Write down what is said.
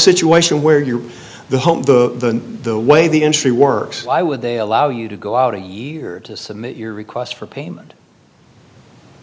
situation where you're the home the the way the industry works why would they allow you to go out a year to submit your request for payment